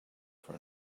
for